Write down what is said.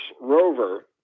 Rover